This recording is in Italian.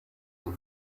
sul